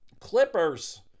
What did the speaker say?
Clippers